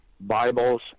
bibles